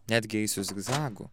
netgi eisiu zigzagų